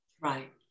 Right